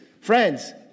Friends